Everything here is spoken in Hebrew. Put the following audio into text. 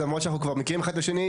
למרות שאנחנו כבר מכירים אחד את השני.